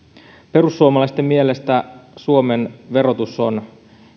perussuomalaisten mielestä suomen verotus on